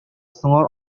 сыңар